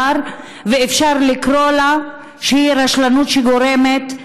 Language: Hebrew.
ואפשר לקרוא לה רשלנות שגורמת להריגה.